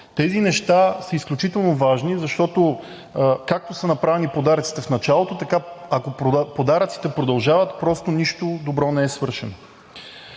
Тези неща са изключително важни, защото, както са направени подаръците в началото, така ако подаръците продължават, просто нищо добро не е свършено.